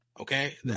okay